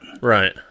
Right